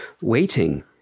waiting